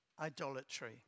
idolatry